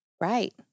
Right